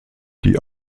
die